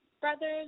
brother's